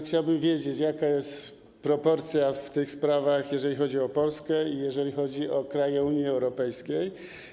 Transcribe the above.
Chciałbym wiedzieć, jaka jest proporcja w tych sprawach, jeżeli chodzi o Polskę i o kraje Unii Europejskiej.